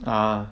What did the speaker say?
ah